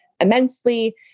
immensely